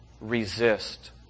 Resist